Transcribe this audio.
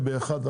12:30.